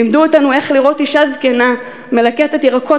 לימדו אותנו איך לראות אישה זקנה מלקטת ירקות